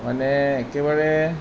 মানে একেবাৰে